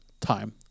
time